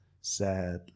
sad